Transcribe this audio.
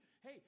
hey